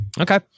okay